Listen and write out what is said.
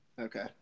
okay